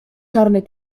czarny